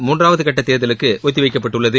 மூன்றாவதுகட்டத்தேர்தலுக்குஒத்திவைக்கப்பட்டுள்ளது